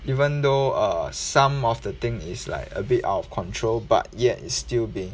even though err some of the thing is like a bit out of control but yet it's still being